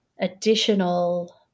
additional